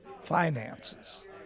finances